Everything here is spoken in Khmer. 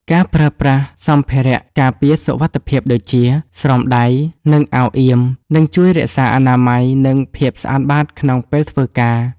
ការប្រើប្រាស់សម្ភារៈការពារសុវត្ថិភាពដូចជា ស្រោមដៃ និងអាវអៀម នឹងជួយរក្សាអនាម័យ និងភាពស្អាតបាតក្នុងពេលធ្វើការ។